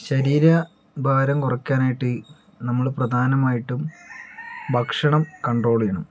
ശരീര ഭാരം കുറയ്ക്കാനായിട്ടു നമ്മൾ പ്രധാനമായിട്ടും ഭക്ഷണം കണ്ട്രോൾ ചെയ്യണം